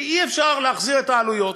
כי אי-אפשר להחזיר את העלויות.